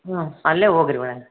ಹಾಂ ಅಲ್ಲೇ ಹೋಗಿರಿ